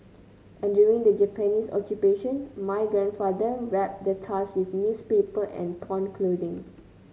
and during the Japanese Occupation my grandfather wrapped the tusk with newspaper and torn clothing